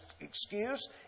excuse